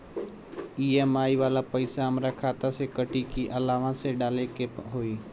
EMI वाला पैसा हाम्रा खाता से कटी की अलावा से डाले के होई?